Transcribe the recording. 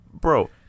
Bro